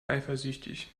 eifersüchtig